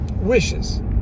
wishes